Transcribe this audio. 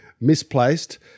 misplaced